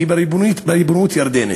היא בריבונות ירדנית.